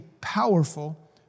powerful